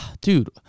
dude